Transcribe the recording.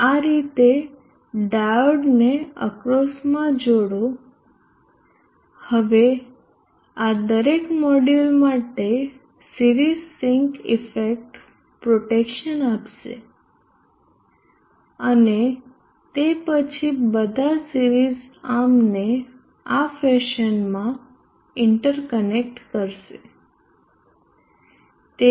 આ રીતે ડાયોડને અક્રોસમાં જોડો હવે આ દરેક મોડ્યુલ માટે સિરીઝ સિંક ઈફેક્ટ પ્રોટેક્શન આપશે અને તે પછી બધા સિરીઝ આર્મને આ ફેશનમાં ઇન્ટરકનેક્ટ કરશે